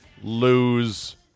lose